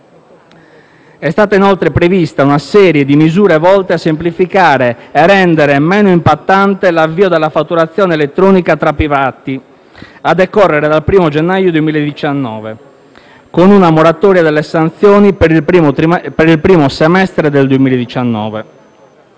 È stata, inoltre, prevista una serie di misure volte a semplificare e rendere meno impattante l'avvio della fatturazione elettronica tra privati a decorrere dal primo gennaio 2019 con una moratoria delle sanzioni per il primo semestre del 2019.